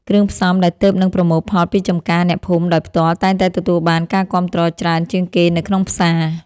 គ្រឿងផ្សំដែលទើបនឹងប្រមូលផលពីចម្ការអ្នកភូមិដោយផ្ទាល់តែងតែទទួលបានការគាំទ្រច្រើនជាងគេនៅក្នុងផ្សារ។